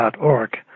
org